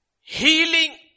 Healing